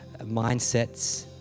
mindsets